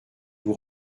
vous